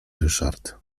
ryszard